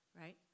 Right